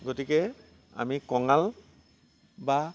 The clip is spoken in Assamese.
গতিকে আমি কঙাল বা